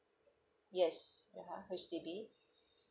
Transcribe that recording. yes ya H_D_B